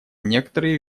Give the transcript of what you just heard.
некоторые